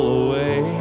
away